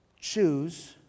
Choose